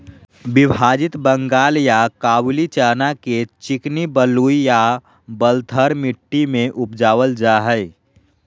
विभाजित बंगाल या काबूली चना के चिकनी बलुई या बलथर मट्टी में उपजाल जाय हइ